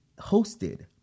hosted